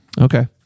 okay